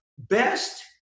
Best